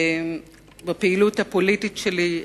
בפעילות הפוליטית שלי,